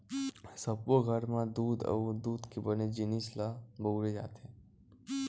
सब्बो घर म दूद अउ दूद के बने जिनिस ल बउरे जाथे